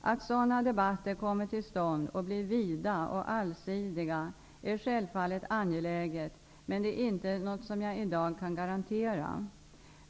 Att sådana debatter kommer till stånd och blir vida och allsidiga är självfallet angeläget men det är inte något som jag i dag kan garantera.